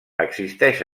existeix